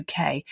UK